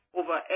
over